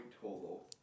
total